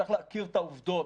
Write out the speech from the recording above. צריך להכיר את העובדות.